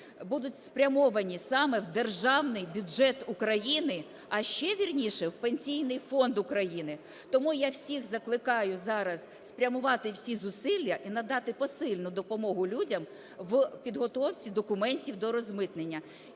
будуть спрямовані саме в державний бюджет України, а ще вірніше – в Пенсійний фонд України. Тому, я всіх закликаю зараз спрямувати всі зусилля і надати посильну допомогу людям в підготовці документів до розмитнення.